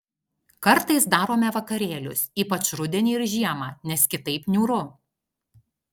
kartais darome vakarėlius ypač rudenį ir žiemą nes kitaip niūru